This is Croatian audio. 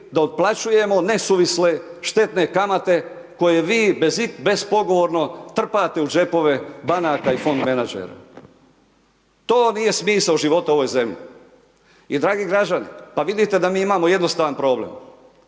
da otplaćujemo nesuvisle, štetne kamate koje vi bez pogovorno trpate u džepove banaka i fond menadžera. To nije smisao života u ovoj zemlji, i dragi građani pa vidite da mi imamo jednostavan problem,